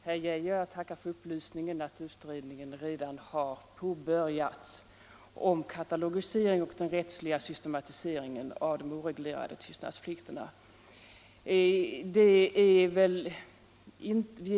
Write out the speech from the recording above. Herr talman! Jag tackar justitieministern för upplysningen att utredningen om katalogiseringen och den rättsliga systematiseringen av de oreglerade tystnadsplikterna redan har påbörjats.